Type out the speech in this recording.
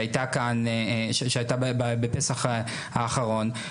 שהייתה כאן בפסח האחרון,